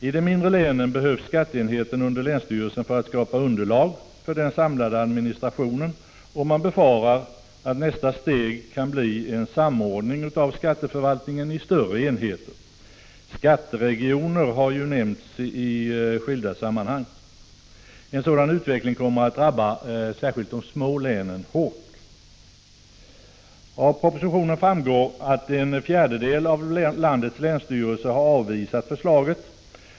I de mindre länen behövs skatteenheten under länsstyrelsen för att skapa underlag i den samlade administrationen, och man befarar att nästa steg kan bli en samordning av skatteförvaltningen i större enheter. ”Skatteregioner” har ju nämnts i skilda sammanhang. En sådan utveckling kommer att drabba särskilt de små länen hårt. Av propositionen framgår att en fjärdedel av landets länsstyrelser har avvisat förslaget.